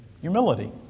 Humility